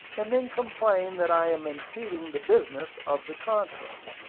and then complain that i am impeding the business of the conference.